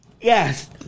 Yes